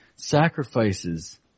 Sacrifices